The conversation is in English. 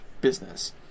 business